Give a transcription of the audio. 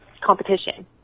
competition